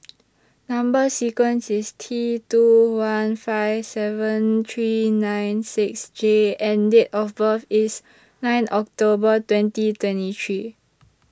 Number sequence IS T two one five seven three nine six J and Date of birth IS nine October twenty twenty three